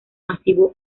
masivo